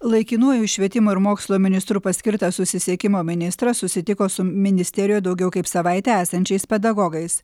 laikinuoju švietimo ir mokslo ministru paskirtas susisiekimo ministras susitiko su ministerijoj daugiau kaip savaitę esančiais pedagogais